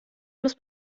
muss